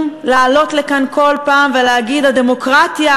לעלות לכאן כל פעם ולהגיד: הדמוקרטיה,